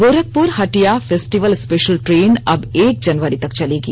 Gorakhpur Hatia festival special train अब एक जनवरी तक चलेगी